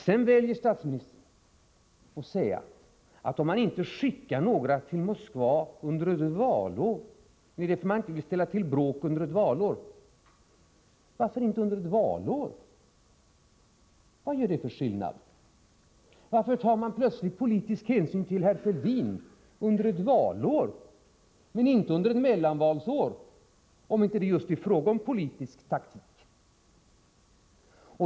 Sedan väljer statsministern att säga att om man inte skickar några till Moskva under ett valår — det är för att man inte vill ställa till bråk under ett valår. Varför inte under ett valår? Vad gör det för skillnad? Varför tar man plötsligt politiska hänsyn till herr Fälldin under ett valår men inte under ett mellanvalsår — om det inte är fråga om politisk taktik?